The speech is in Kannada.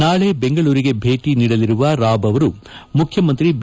ನಾಳೆ ಬೆಂಗಳೂರಿಗೆ ಭೇಟ ನೀಡಲಿರುವ ರಾಬ್ ಅವರು ಮುಖ್ಯಮಂತ್ರಿ ಬಿ